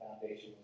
foundation